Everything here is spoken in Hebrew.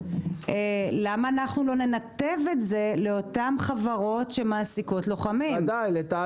למה אנחנו לא ננתב את זה לאותן חברות שמעסיקות לוחמים?